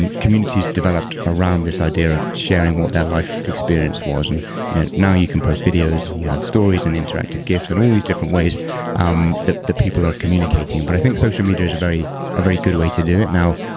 communities developed around this idea of sharing what that life experience was and you know now you can post videos, and you have stories and interactive gifs and all these different ways um that the people are communicating. but i think social media is a very very good way to do it now.